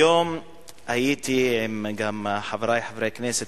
היום הייתי עם חברי חברי הכנסת,